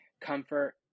comfort